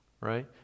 right